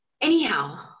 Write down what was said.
Anyhow